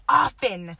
often